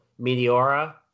Meteora